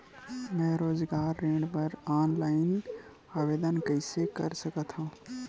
मैं रोजगार ऋण बर ऑनलाइन आवेदन कइसे कर सकथव?